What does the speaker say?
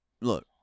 look